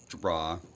draw